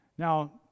Now